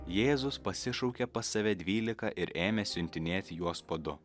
jėzus pasišaukė pas save dvyliką ir ėmė siuntinėti juos po du